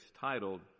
titled